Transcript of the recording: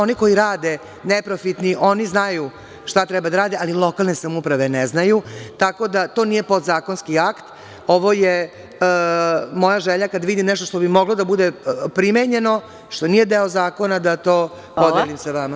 Oni koji rade neprofitni, oni znaju šta treba da rade, ali lokalne samouprave ne znaju, tako da to nije podzakonski akt, ovo je moja želja kad vidim nešto što bi moglo da bude primenjeno, što nije deo zakona, da to podelim sa vama.